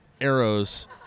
arrows